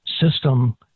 system